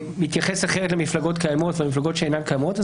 מתייחס אחרת למפלגות קיימות ולמפלגות שאינן קיימות.